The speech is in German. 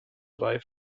drei